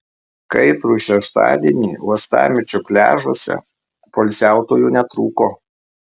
kaitrų šeštadienį uostamiesčio pliažuose poilsiautojų netrūko